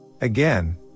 Again